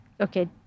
okay